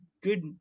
good